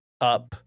up